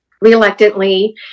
reluctantly